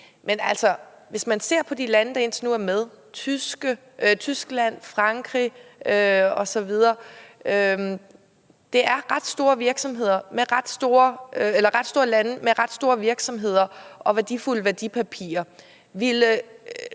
Men altså, hvis man ser på de lande, der indtil nu er med, Tyskland, Frankrig osv., ser man, at det er ret store lande med ret store virksomheder og værdifulde værdipapirer.